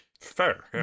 Fair